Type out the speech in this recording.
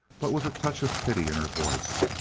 but with a touch of pity in her voice,